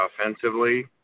offensively